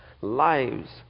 lives